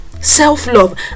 self-love